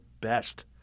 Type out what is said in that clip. best